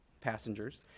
passengers